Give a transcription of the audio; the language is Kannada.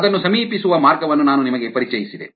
ಅದನ್ನು ಸಮೀಪಿಸುವ ಮಾರ್ಗವನ್ನು ನಾನು ನಿಮಗೆ ಪರಿಚಯಿಸಿದೆ